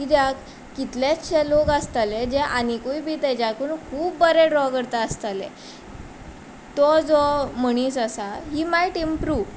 किद्याक कितलेशे लोक आसतले जे आनिकूय बीन तेज्याकून खूब बरें ड्रॉ करता आसतले तो जो मनीस आसा ही मायट इमप्रूव